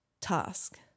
task